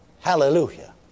Hallelujah